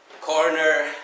corner